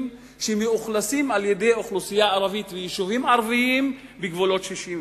שמאוכלסים באוכלוסייה ערבית ויישובים ערביים בגבולות 67'